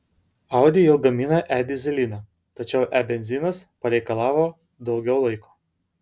audi jau gamina e dyzeliną tačiau e benzinas pareikalavo daugiau laiko